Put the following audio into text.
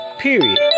Period